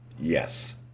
Yes